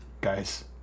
guys